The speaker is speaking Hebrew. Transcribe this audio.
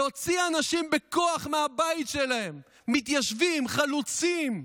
להוציא אנשים בכוח מהבית שלהם, מתיישבים, חלוצים,